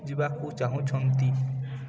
ଯିବାକୁ ଚାହୁଁଛନ୍ତି